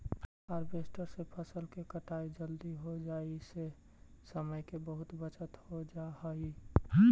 harvester से फसल के कटाई जल्दी हो जाई से समय के बहुत बचत हो जाऽ हई